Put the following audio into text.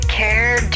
care